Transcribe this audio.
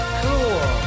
cool